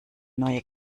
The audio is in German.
neue